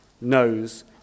knows